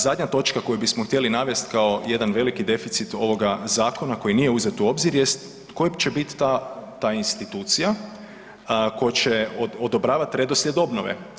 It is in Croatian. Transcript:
Zadnja točka koju bismo htjeli navest kao jedan veliki deficit ovoga zakona koji nije uzet u obzir jest koja će biti ta institucija koja će odobravat redoslijed obnove.